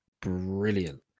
Brilliant